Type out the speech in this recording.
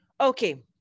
okay